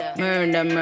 murder